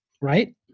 Right